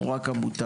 הוא רק המותג,